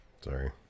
sorry